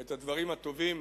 את הדברים הטובים